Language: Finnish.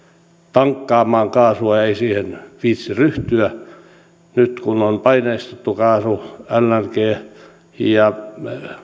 tankkaamaan kaasua ei siihen viitsi ryhtyä nyt kun on paineistettu kaasu ja